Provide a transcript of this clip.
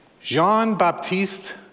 Jean-Baptiste